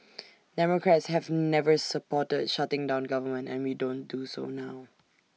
democrats have never supported shutting down government and we don't do so now